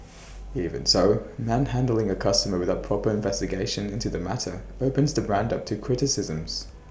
even so manhandling A customer without proper investigation into the matter opens the brand up to criticisms